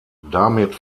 damit